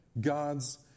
God's